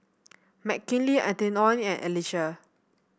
Mckinley Antione and Alesia